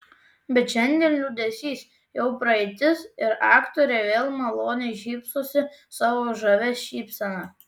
bet šiandien liūdesys jau praeitis ir aktorė vėl maloniai šypsosi savo žavia šypsena